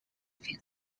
figure